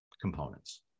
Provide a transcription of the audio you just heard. components